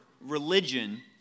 religion